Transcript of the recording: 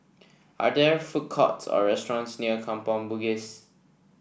are there food courts or restaurants near Kampong Bugis